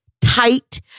tight